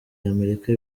y’amerika